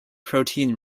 protein